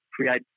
create